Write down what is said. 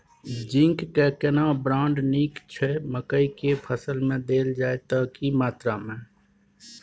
Zinc के केना brand नीक छैय मकई के फसल में देल जाए त की मात्रा में?